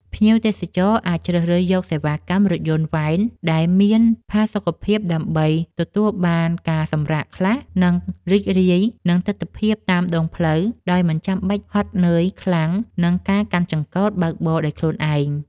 ភ្ញៀវទេសចរអាចជ្រើសរើសយកសេវាកម្មរថយន្តវ៉ែនដែលមានផាសុកភាពដើម្បីទទួលបានការសម្រាកខ្លះ និង រីករាយនឹងទិដ្ឋភាពតាមដងផ្លូវដោយមិនចាំបាច់ហត់នឿយខ្លាំងនឹងការកាន់ចង្កូតបើកបរដោយខ្លួនឯង។